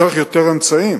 צריך יותר אמצעים.